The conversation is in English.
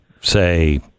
say